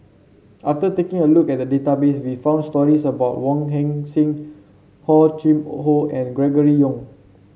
after taking a look at the database we found stories about Wong Heck Sing Hor Chim Or and Gregory Yong